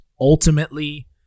ultimately